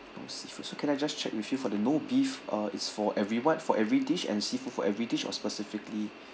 no seafood can I just check with you for the no beef uh is for every what for every dish and seafood for every dish or specifically